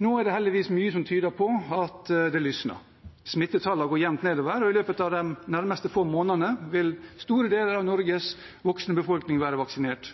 Nå er det heldigvis mye som tyder på at det lysner. Smittetallene går jevnt nedover, og i løpet av de nærmeste få månedene vil store deler av Norges voksne befolkning være vaksinert.